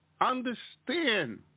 Understand